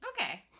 Okay